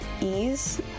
ease